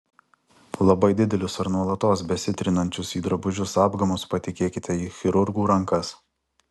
labai didelius ar nuolatos besitrinančius į drabužius apgamus patikėkite į chirurgų rankas